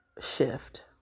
shift